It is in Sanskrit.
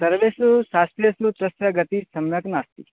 सर्वेषु शास्त्रेषु तस्य गतिः सम्यक् नास्ति